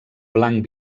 blanc